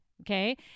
Okay